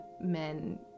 men